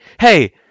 Hey